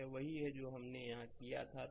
तो यह वही है जो हमने यहां किया है